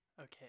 Okay